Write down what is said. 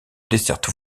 desserte